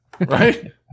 Right